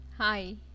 Hi